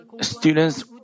students